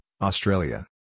Australia